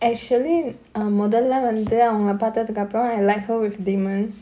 actually err முதல்ல வந்து அவங்கள பாத்ததுக்கப்பறம்:mudhalla vandhu avangala paathathukkapparam I like her with damon